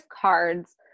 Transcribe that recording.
cards